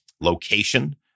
location